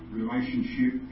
relationship